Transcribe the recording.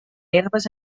herbes